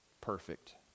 perfect